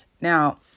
now